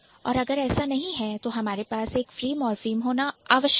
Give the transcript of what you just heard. और अगर ऐसा नहीं है तो हमारे पास एक फ्री मॉर्फीम होना आवश्यक है